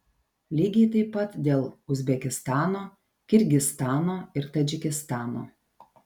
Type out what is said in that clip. lygiai taip pat dėl uzbekistano kirgizstano ir tadžikistano